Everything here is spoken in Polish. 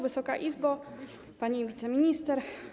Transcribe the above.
Wysoka Izbo! Pani Wiceminister!